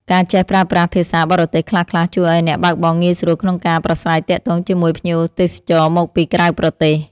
ការចេះប្រើប្រាស់ភាសាបរទេសខ្លះៗជួយឱ្យអ្នកបើកបរងាយស្រួលក្នុងការប្រាស្រ័យទាក់ទងជាមួយភ្ញៀវទេសចរមកពីក្រៅប្រទេស។